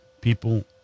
people